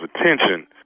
attention